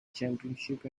championship